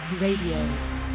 Radio